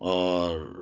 اور